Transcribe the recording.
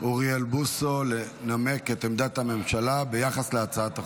אוריאל בוסו לנמק את עמדת הממשלה ביחס להצעת החוק,